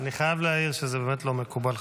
אני חייב להעיר שזה באמת לא מקובל,